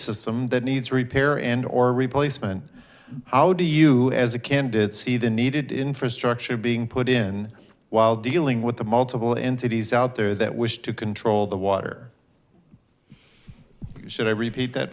system that needs repair and or replacement how do you as a candidate see the needed infrastructure being put in while dealing with the multiple entities out there that wish to control the water should i repeat that